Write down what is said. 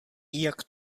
jak